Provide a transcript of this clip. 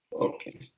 Okay